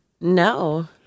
No